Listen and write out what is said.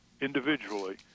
individually